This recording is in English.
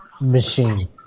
Machine